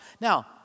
Now